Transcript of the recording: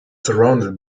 surrounded